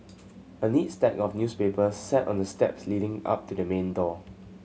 a neat stack of newspapers sat on the steps leading up to the main door